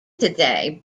today